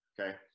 okay